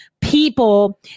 people